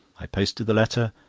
i posted the letter,